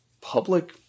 public